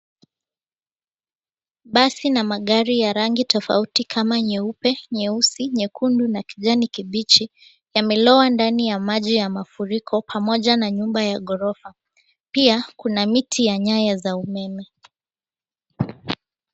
Basi na magari yenye rangi tofauti kama nyeupe, nyeusi, nyekundu na kijani kibichi yamelowa ndani ya maji ya mafuriko pamoja na nyumba ya ghorofa pia kuna miti za nyaya za umeme.